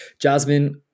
Jasmine